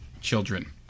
children